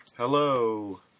Hello